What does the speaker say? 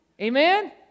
Amen